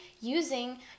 using